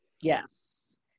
Yes